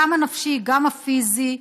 גם הנפשי גם הפיזי.